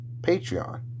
Patreon